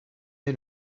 est